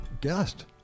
guest